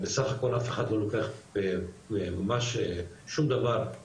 בסך הכל אף אחד לא לוקח ממש שום דבר.